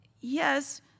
yes